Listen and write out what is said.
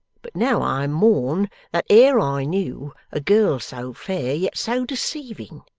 but now i mourn that e'er i knew, a girl so fair yet so deceiving